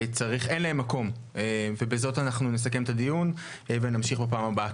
אין להם מקום ובזאת אנחנו נסכם את הדיון ונמשיך בפעם הבאה.